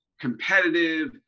competitive